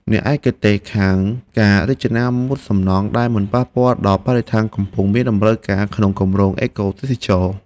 អ្នកឯកទេសខាងការរចនាម៉ូដសំណង់ដែលមិនប៉ះពាល់ដល់បរិស្ថានកំពុងមានតម្រូវការក្នុងគម្រោងអេកូទេសចរណ៍។